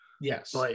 Yes